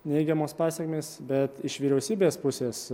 neigiamos pasekmės bet iš vyriausybės pusės